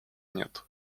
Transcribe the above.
нет